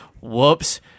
whoops